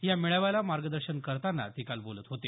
या मेळाव्याला मार्गदर्शन करताना ते काल बोलत होते